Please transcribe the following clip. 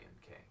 King